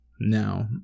now